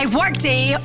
workday